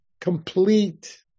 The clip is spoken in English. complete